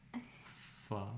Fuck